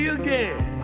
again